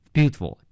Beautiful